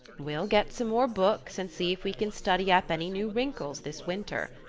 we'll get some more books, and see if we can study up any new wrinkles, this winter,